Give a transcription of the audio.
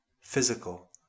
physical